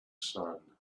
sun